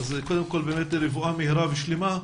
קודם כל, רפואה מהירה ושלמה.